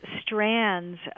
strands